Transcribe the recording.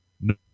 no